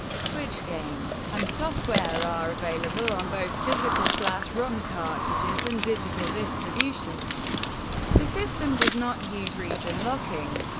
switch games and software are available on both physical flash rom cartridges and digital distribution the system does not use region locking.